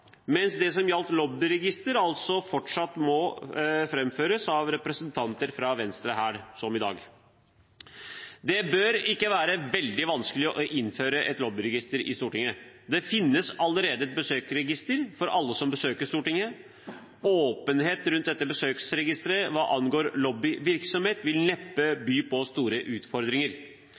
representanter fra Venstre, som i dag. Det bør ikke være veldig vanskelig å innføre et lobbyregister i Stortinget. Det finnes allerede et besøksregister for alle som besøker Stortinget. Åpenhet rundt dette besøksregisteret hva angår lobbyvirksomhet, vil neppe by på store utfordringer.